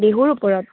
বিহুৰ ওপৰত